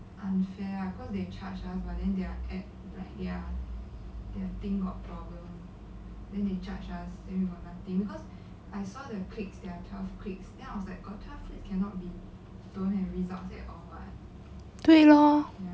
对 lor